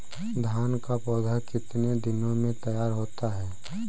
धान का पौधा कितने दिनों में तैयार होता है?